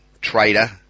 trader